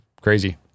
Crazy